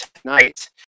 tonight